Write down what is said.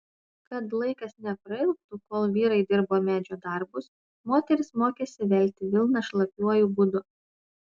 kad laikas neprailgtų kol vyrai dirbo medžio darbus moterys mokėsi velti vilną šlapiuoju būdu